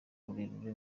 rurerure